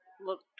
look